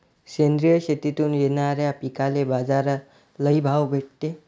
सेंद्रिय शेतीतून येनाऱ्या पिकांले बाजार लई भाव भेटते